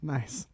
Nice